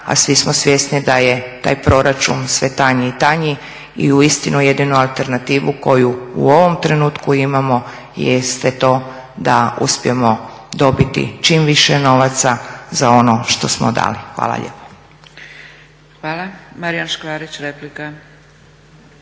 a svi smo svjesni da je taj proračun sve tanji i tanji. I uistinu jedino alternativu koju u ovom trenutku imamo jeste to da uspijemo dobiti čim više novaca za ono što smo dali. Hvala lijepo. **Zgrebec, Dragica